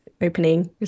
opening